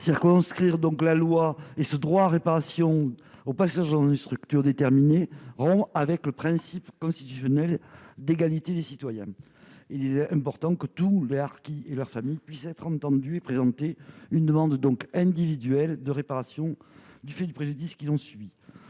Par conséquent, conditionner ce droit à réparation au passage dans une structure déterminée rompt avec le principe constitutionnel d'égalité des citoyens. Il est important que tous les harkis et leurs familles puissent être entendus et présenter une demande individuelle de réparation du fait du préjudice qu'ils ont subi.